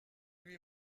lui